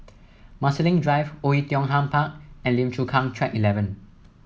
Marsiling Drive Oei Tiong Ham Park and Lim Chu Kang Track Eleven